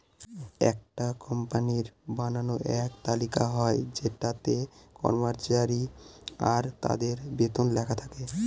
একটা কোম্পানির বানানো এক তালিকা হয় যেটাতে কর্মচারী আর তাদের বেতন লেখা থাকে